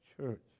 church